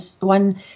one